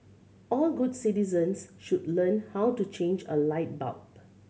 all good citizens should learn how to change a light bulb